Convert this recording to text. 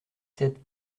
sept